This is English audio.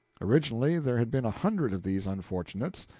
originally there had been a hundred of these unfortunates,